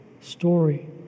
story